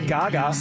Gaga